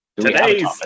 Today's